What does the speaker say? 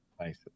Nice